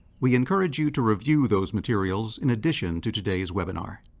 we encourage you to review those materials in addition to today's webinar.